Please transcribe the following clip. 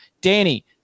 Danny